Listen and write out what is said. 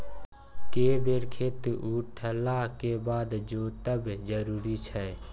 के बेर खेत उठला के बाद जोतब जरूरी छै?